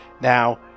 Now